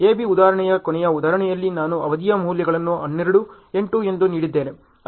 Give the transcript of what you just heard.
A B ಉದಾಹರಣೆಯ ಕೊನೆಯ ಉದಾಹರಣೆಯಲ್ಲಿ ನಾನು ಅವಧಿಯ ಮೌಲ್ಯಗಳನ್ನು 12 8 ಎಂದು ನೀಡಿದ್ದೇನೆ